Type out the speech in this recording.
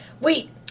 Wait